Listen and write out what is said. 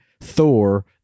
Thor